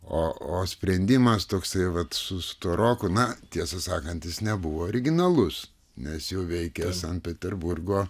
o o sprendimas toksai vat su tuo roku na tiesą sakant jis nebuvo originalus nes jau veikė sankt peterburgo